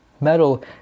metal